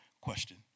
question